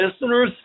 listeners